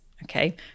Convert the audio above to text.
Okay